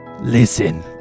Listen